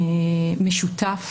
משותף,